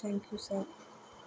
thank you sir